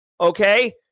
okay